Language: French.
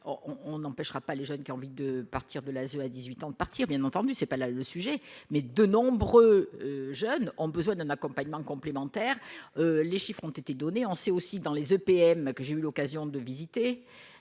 on n'empêchera pas les jeunes qui ont envie de partir de l'à 18 ans partir bien entendu c'est pas là le sujet, mais de nombreux jeunes ont besoin d'un accompagnement complémentaire, les chiffres ont été donnés en c'est aussi dans les EPM que j'ai eu l'occasion de visiter